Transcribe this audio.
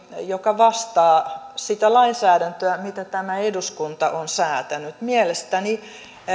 joka vastaa sitä lainsäädäntöä mitä tämä eduskunta on säätänyt mielestäni